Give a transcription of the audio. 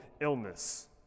illness